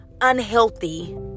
unhealthy